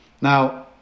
Now